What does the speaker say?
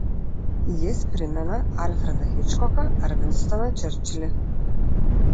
jis primena alfredą hičkoką ar vinstoną čerčilį